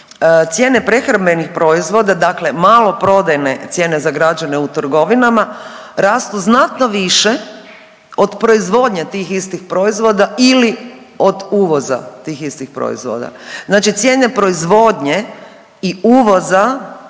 cijene prehrambenih proizvoda, dakle maloprodajne, cijene za građane u trgovinama rastu znatno više od proizvodnje tih istih proizvoda ili od uvoza tih istih proizvoda. Znači cijene proizvodnje i uvoza